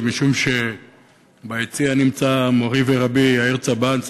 זה משום שביציע נמצא מורי ורבי יאיר צבן,